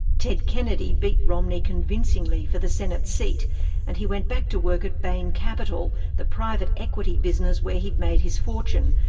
ted kennedy beat romney convincingly for the senate seat and he went back to work at bain capital, the private equity business where he'd made his fortune,